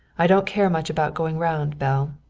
i don't care much about going round, belle.